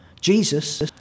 Jesus